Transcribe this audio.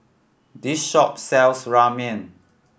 this shop sells Ramen